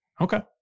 Okay